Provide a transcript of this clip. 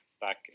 back